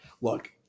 look